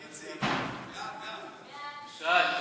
ההצעה להעביר את הצעת חוק בינוי ופינוי של אזורי שיקום (כפר-שלם),